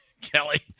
Kelly